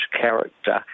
character